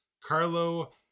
Carlo